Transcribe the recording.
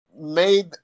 made